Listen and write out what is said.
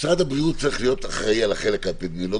משרד הבריאות צריך להיות אחראי על החלק האפידמיולוגי,